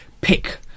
pick